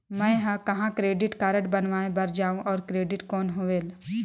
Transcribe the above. मैं ह कहाँ क्रेडिट कारड बनवाय बार जाओ? और क्रेडिट कौन होएल??